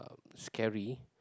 scary